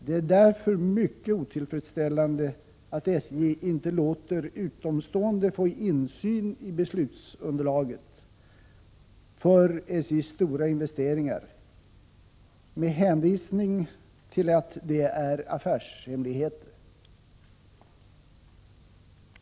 Det är därför mycket otillfredsställande att SJ inte låter utomstående få insyn i beslutsunderlaget för SJ:s stora investeringar med hänvisning till att det är affärshemligheter.